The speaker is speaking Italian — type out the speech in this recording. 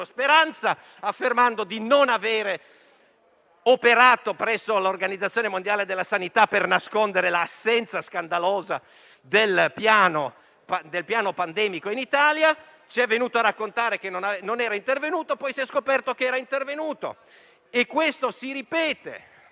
affermando di non avere operato presso l'Organizzazione mondiale della sanità per nascondere l'assenza scandalosa del piano pandemico in Italia; ci è venuto a raccontare che non era intervenuto e, poi, si è scoperto che era intervenuto. Questo si ripete: